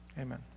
amen